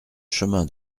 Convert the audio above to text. chemin